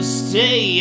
stay